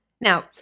Now